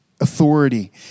authority